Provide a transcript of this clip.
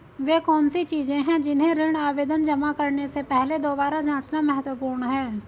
वे कौन सी चीजें हैं जिन्हें ऋण आवेदन जमा करने से पहले दोबारा जांचना महत्वपूर्ण है?